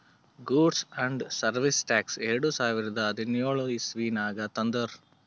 goods and service tax ಎರಡು ಸಾವಿರದ ಹದಿನ್ಯೋಳ್ ಇಸವಿನಾಗ್ ತಂದುರ್